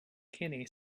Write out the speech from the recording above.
kenny